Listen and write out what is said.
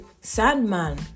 Sandman